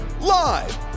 live